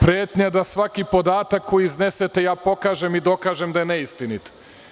Pretnja da svaki podatak koji iznesete, ja pokažem i dokažem da je neistinit.